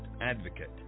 advocate